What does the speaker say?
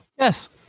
Yes